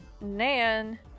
Nan